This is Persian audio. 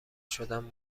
شدم